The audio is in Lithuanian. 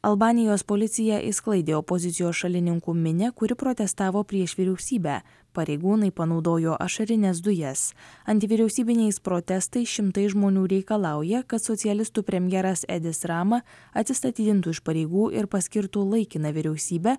albanijos policija išsklaidė opozicijos šalininkų minią kuri protestavo prieš vyriausybę pareigūnai panaudojo ašarines dujas antivyriausybiniais protestais šimtai žmonių reikalauja kad socialistų premjeras edis rama atsistatydintų iš pareigų ir paskirtų laikiną vyriausybę